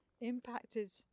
impacted